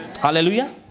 Hallelujah